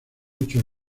muchos